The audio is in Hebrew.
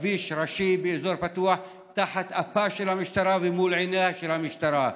בכביש ראשי באזור פתוח תחת אפה של המשטרה ומול עיניה של המשטרה.